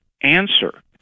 answer